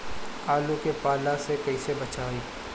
आलु के पाला से कईसे बचाईब?